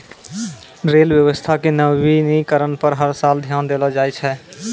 rail व्यवस्था के नवीनीकरण पर हर साल ध्यान देलो जाय छै